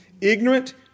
Ignorant